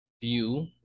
view